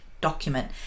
document